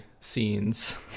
scenes